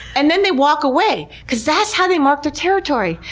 and then they walk away. because that's how they mark their territory.